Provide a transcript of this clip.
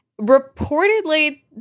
Reportedly